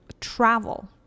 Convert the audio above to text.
travel